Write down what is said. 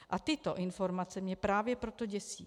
A tyto informace mě právě proto děsí.